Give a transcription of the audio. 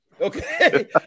Okay